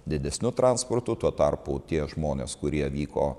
didesniu transportu tuo tarpu tie žmonės kurie vyko